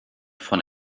von